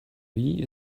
wie